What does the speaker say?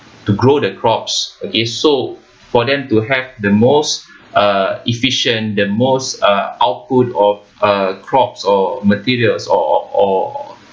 to grow the crops okay so for them to have the most uh efficient the most uh output of uh crops or materials or or or